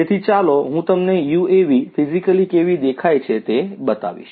તેથી ચાલો હું તમને યુએવી ફિજીકલી કેવી દેખાય છે તે બતાવીશ